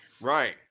Right